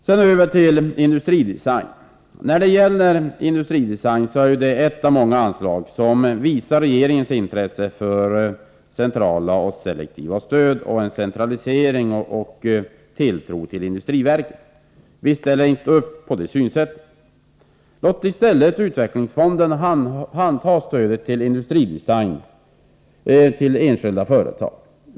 När det sedan gäller anslaget till industridesign är det ett av många anslag som visar regeringens intresse för centrala och selektiva stöd samt för en centralisering till och tilltro till industriverket. Vi ställer inte upp på detta synsätt. Låt i stället utvecklingsfonderna handha stödet till industridesign i enskilda företag.